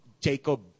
Jacob